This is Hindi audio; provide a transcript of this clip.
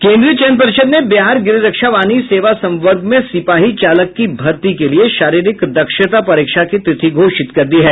केंद्रीय चयन पर्षद ने बिहार गृह रक्षा वाहिनी सेवा संवर्ग में सिपाही चालक की भर्ती के लिये शारीरिक दक्षता परीक्षा की तिथि घोषित कर दी है